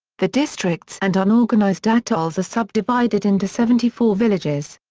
the districts and unorganized atolls are subdivided into seventy four villages.